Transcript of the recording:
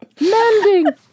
Mending